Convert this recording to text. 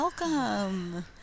Welcome